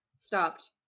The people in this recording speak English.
Stopped